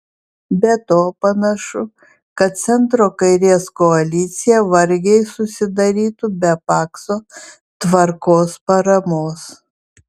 be to panašu kad centro kairės koalicija vargiai susidarytų be pakso tvarkos paramos